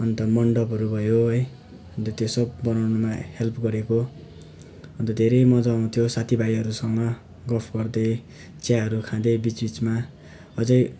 अन्त मन्डपहरू भयो है अन्त त्यो सब बनाउनुमा हेल्प गरेको अन्त धेरै मजा आउँथ्यो साथीभाइहरूसँग गफ गर्दै चियाहरू खाँदै बिच बिचमा अझै